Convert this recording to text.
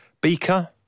Beaker